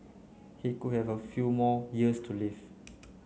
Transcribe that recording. he could have a few more years to live